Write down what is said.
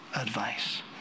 advice